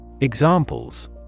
Examples